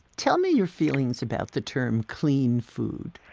tell me your feelings about the term clean food.